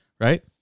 right